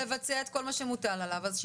להשלמת ביצוע של כל מטלות הנגישות שהיו אמורות כבר